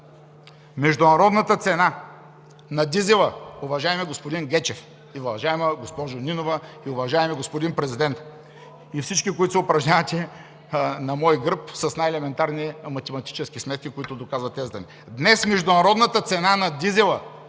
международната цена на дизела, уважаеми господин Гечев, и уважаема госпожо Нинова, и уважаеми господин Президент, и всички, които се упражнявате на мой гръб, с най-елементарни математически сметки, които доказват тезата ми, днес международната цена на дизела